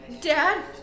Dad